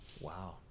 Wow